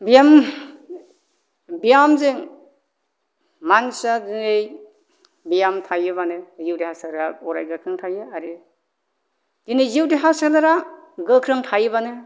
ब्याम ब्यामजों मानसिया दिनै ब्याम थायोबानो जिउ देहा सोलेरा अराय गोख्रों थायो आरो दिनै जिउ देहा सोलेरा गोख्रों थायोबानो